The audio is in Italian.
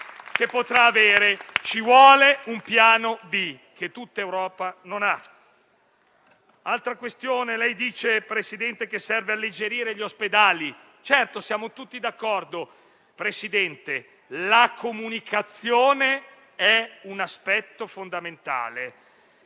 potrà avere. Ci vuole un piano B che tutta Europa non ha. Altra questione; lei dice, Presidente, che serve alleggerire gli ospedali. Certo, siamo tutti d'accordo. Presidente, la comunicazione è un aspetto fondamentale.